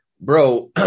bro